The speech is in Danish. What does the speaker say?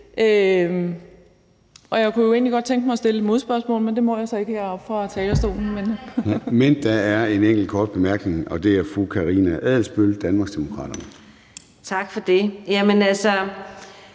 Og jeg kunne egentlig godt tænke mig at stille et modspørgsmål, men det må jeg så ikke heroppe fra talerstolen. Kl. 23:16 Formanden (Søren Gade): Men der er en enkelt kort bemærkning, og det er fra fru Karina Adsbøl, Danmarksdemokraterne. Kl. 23:16 Karina